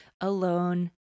alone